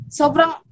sobrang